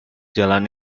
jalan